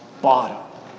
bottom